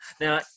now